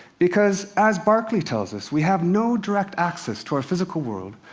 because, as berkeley tells us, we have no direct access to our physical world,